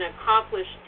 accomplished